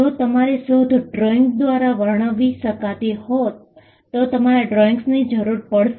જો તમારી શોધ ડ્રોઇંગ દ્વારા વર્ણવી શકાતી હોય તો તમારે ડ્રોઇંગ્સની જરૂર પડશે